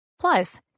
Plus